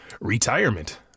retirement